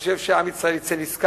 אני חושב שעם ישראל יצא נשכר.